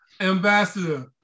Ambassador